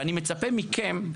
ואני מצפה מכם,